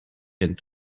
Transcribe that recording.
and